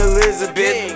Elizabeth